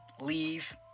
Leave